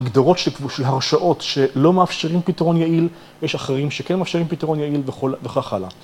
הגדרות של הרשאות שלא מאפשרים פתרון יעיל, יש אחרים שכן מאפשרים פתרון יעיל וכך הלאה.